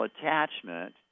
attachment